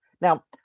now